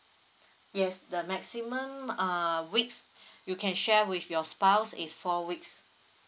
yes the maximum uh weeks you can share with your spouse is four weeks